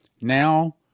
Now